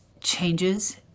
changes